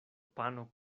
pano